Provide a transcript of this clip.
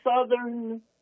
southern